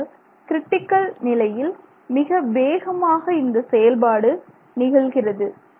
ஆனால் கிரிட்டிக்கல் நிலையில் மிக வேகமாக இந்த செயல்பாடு நிகழ்கிறது